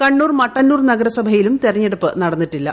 കണ്ണൂർ മട്ടന്നൂർ നഗരസഭയിലും തെരഞ്ഞെടുപ്പ് നടന്നിട്ടില്ല